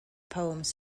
poems